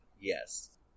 Yes